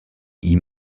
ihm